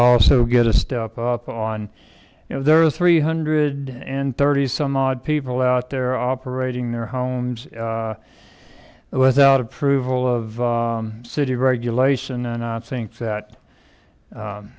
also get a step up on if there are three hundred and thirty some odd people out there operating their homes without approval of city regulation and i think that